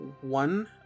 one